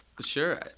Sure